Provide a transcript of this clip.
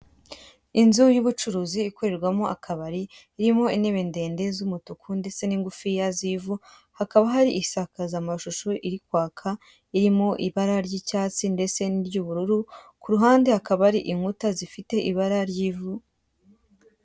Inzu y'ubucuruzi ikorerwamo akabari irimo intebe ndende z'umutuku ndetse ningufiya z'ivu hakaba hari insakazamashusho irikwaka irimi ibara ry'icyatsi ndetse niry'ubururu kuruhande hakaba hari inkuta zifite ibara ry'ivu.